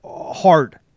hard